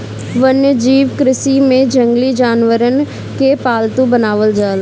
वन्यजीव कृषि में जंगली जानवरन के पालतू बनावल जाला